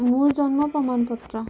মোৰ জন্ম প্ৰমাণ পত্ৰ